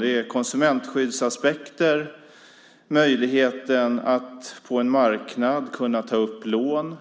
Det gäller konsumentskyddsaspekter, möjligheten att på en marknad ta upp lån,